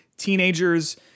teenagers